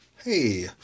hey